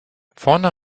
vorne